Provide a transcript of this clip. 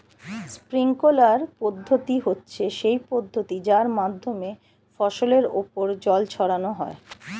sprinkler পদ্ধতি হচ্ছে সেই পদ্ধতি যার মাধ্যমে ফসলের ওপর জল ছড়ানো হয়